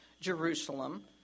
Jerusalem